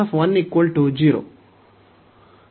ಆದ್ದರಿಂದ ln1 0